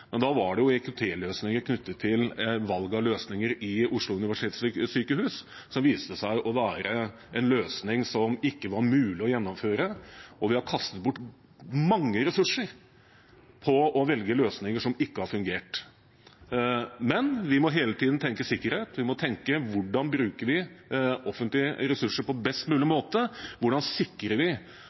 men da var det IKT-løsninger knyttet til valg av løsninger ved Oslo universitetssykehus som viste seg å være en løsning som ikke var mulig å gjennomføre. Vi har kastet bort store ressurser på å velge løsninger som ikke har fungert. Men vi må hele tiden tenke sikkerhet, vi må tenke på hvordan vi bruker offentlige ressurser på best mulig måte – hvordan sikrer vi